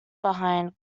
behind